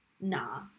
Nah